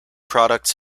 products